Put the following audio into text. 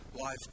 Life